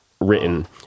written